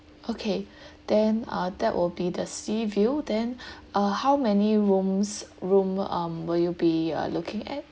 okay then uh that would be the sea view then uh how many rooms room um will you be looking at